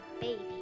baby